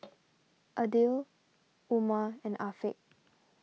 Aidil Umar and Afiq